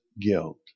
guilt